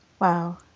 Wow